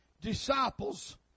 disciples